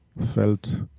felt